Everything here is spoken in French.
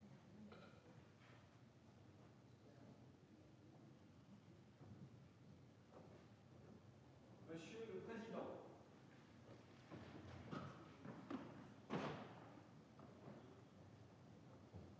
monsieur le président.